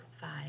five